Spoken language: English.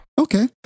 Okay